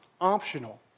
optional